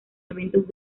eventos